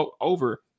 over